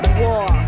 war